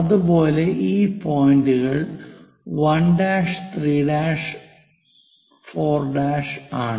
അതുപോലെ ഈ പോയിന്റുകൾ 1 2 3 4 ആണ്